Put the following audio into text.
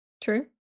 True